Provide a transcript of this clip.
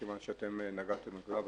מכיוון שאתם נגעתם בנקודה,